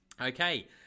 Okay